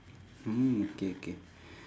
mm okay okay